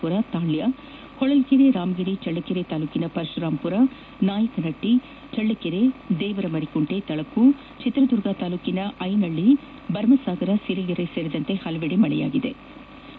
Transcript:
ಪುರ ತಾಳ್ಯ ಹೊಳಲ್ಲೆರೆ ರಾಮಗಿರಿ ಚಳ್ಳಕೆರೆ ತಾಲೂಕಿನ ಪರಶುರಾಂಪುರ ನಾಯನಕಹಟ್ಟಿ ಚಳ್ಳಕೆರೆ ದೇವರ ಮರಿಕುಂಟೆ ತಳಕು ಚಿತ್ರದುರ್ಗ ತಾಲೂಕಿನ ಐನಹಳ್ಳಿ ಭರಮಸಾಗರ ಸಿರಿಗೆರೆ ಸೇರಿದಂತೆ ಹಲವೆಡೆ ಮಳೆ ಬಿದ್ದಿದೆ